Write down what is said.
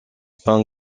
pain